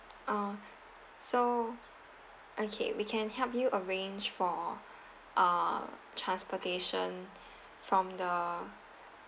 uh so okay we can help you arrange for uh transportation from the